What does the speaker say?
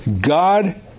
God